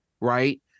right